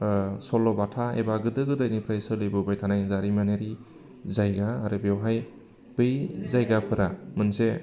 सल' बाथा एबा गोदो गोदायनिफ्राय सोलिबोबाय थानाय जारिमिनारि जायगा आरो बेवहाय बै जायगाफोरा मोनसे